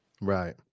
right